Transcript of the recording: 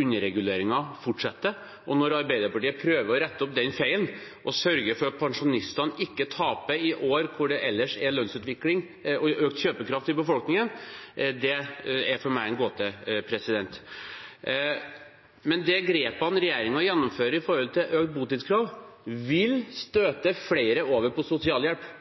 underreguleringen fortsetter – når Arbeiderpartiet prøver å rette opp den feilen og sørge for at pensjonistene ikke taper i år hvor det ellers er lønnsutvikling og økt kjøpekraft i befolkningen – er for meg en gåte. De grepene regjeringen gjennomfører når det gjelder økt botidskrav, vil støte flere over på sosialhjelp.